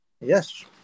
Yes